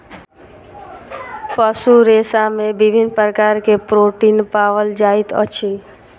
पशु रेशा में विभिन्न प्रकार के प्रोटीन पाओल जाइत अछि